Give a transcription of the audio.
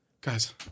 guys